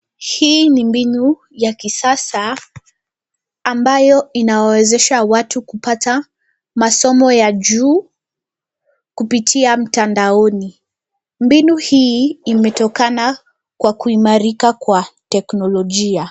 Hii ni mbinu ya kisasa, ambayo inawawezesha watu kupata masomo ya juu kupitia mtandaoni. Mbinu hii, imetokana kwa kuimarika kwa teknolojia.